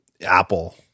Apple